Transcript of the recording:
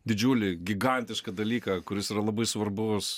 didžiulį gigantišką dalyką kuris yra labai svarbus